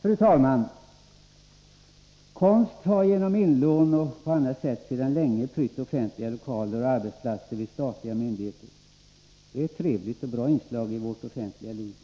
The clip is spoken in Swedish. Fru talman! Konst har genom inlån och på annat sätt sedan länge prytt offentliga lokaler och arbetsplatser vid statliga myndigheter. Det är ett trevligt och bra inslag i vårt offentliga liv.